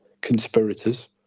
conspirators